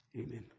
amen